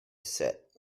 set